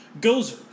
Gozer